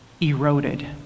eroded